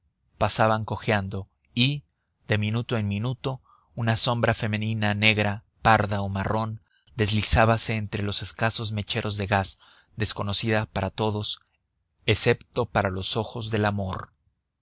pasaban cojeando y de minuto en minuto una sombra femenina negra parda o marrón deslizábase entre los escasos mecheros de gas desconocida para todos excepto para los ojos del amor